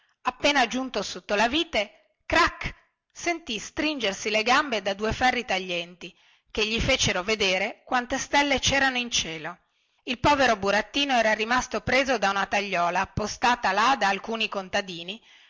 appena giunto sotto la vite crac sentì stringersi le gambe da due ferri taglienti che gli fecero vedere quante stelle cerano in cielo il povero burattino era rimasto preso da una tagliuola appostata là da alcuni contadini